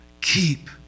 Keep